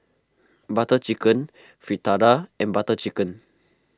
Butter Chicken Fritada and Butter Chicken